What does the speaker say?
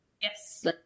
Yes